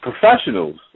professionals